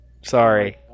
Sorry